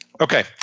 Okay